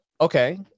Okay